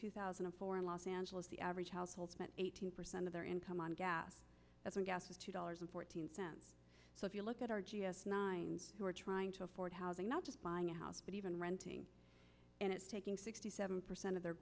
two thousand and four in los angeles the average household spent eighteen percent of their income on gas when gas was two dollars and fourteen cents so if you look at r g s nine who are trying to afford housing not just buying a house but even renting and it's taking sixty seven percent of their